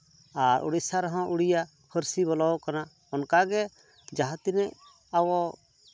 ᱟᱨ ᱳᱲᱤᱥᱥᱟ ᱨᱮᱦᱚᱸ ᱳᱲᱤᱭᱟ ᱯᱟᱹᱨᱥᱤ ᱵᱚᱞᱚᱣᱟᱠᱟᱱᱟ ᱚᱱᱠᱟᱜᱮ ᱡᱟᱦᱟᱸᱛᱤᱱᱟᱹᱜ ᱟᱵᱚ